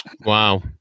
Wow